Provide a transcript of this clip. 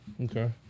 Okay